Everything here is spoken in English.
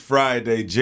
Friday